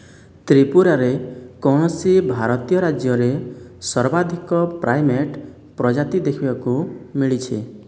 ତ୍ରିପୁରାରେ କୌଣସି ଭାରତୀୟ ରାଜ୍ୟରେ ସର୍ବାଧିକ ପ୍ରାଇମେଟ୍ ପ୍ରଜାତି ଦେଖିବାକୁ ମିଳିଛି